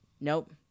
Nope